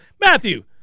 Matthew